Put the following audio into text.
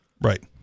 Right